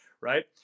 right